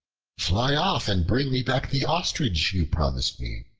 fly off and bring me back the ostrich you promised me.